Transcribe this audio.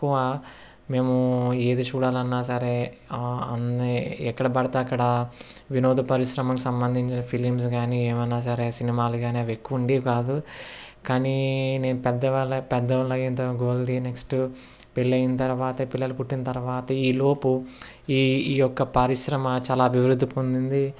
తక్కువ మేము ఏది చూడాలన్నా సరే అన్ని ఎక్కడ పడితే అక్కడ వినోద పరిశ్రమలకు సంబంధించిన ఫిలిమ్స్ కానీ ఏమన్నా సరే సినిమాలు కాని అవి ఎక్కువ ఉండేవి కాదు కానీ నేను పెద్దవాళ్ల నెక్స్ట్ పెళ్లి అయిన తర్వాత పిల్లలు పుట్టిన తర్వాత ఈ లోపు ఈ ఈ యొక్క పరిశ్రమ చాలా అభివృద్ధి పొందింది